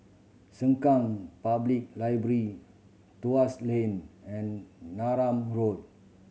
Sengkang Public Library Tuas Link and Neram Road